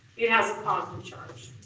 it has a positive charge.